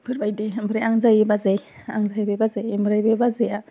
बेफोर बायदि ओमफ्राय आं जायो बाजै आं जाहैबाय बाजै ओमफ्राय बे बाजैया